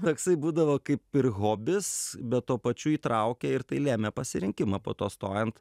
toksai būdavo kaip ir hobis bet tuo pačiu įtraukia ir tai lėmė pasirinkimą po to stojant